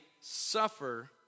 suffer